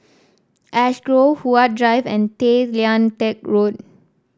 Ash Grove Huat Drive and Tay Lian Teck Road